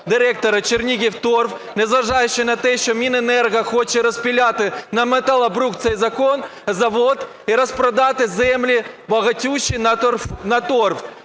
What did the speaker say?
директора "Чернігівторф", незважаючи на те, що Міненерго хоче розпиляти на металобрухт цей завод і розпродати землі багатющі на торф.